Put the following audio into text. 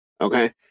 okay